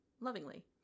lovingly